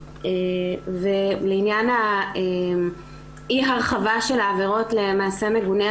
לעניין אי הרחבת העבירות למעשה מגונה,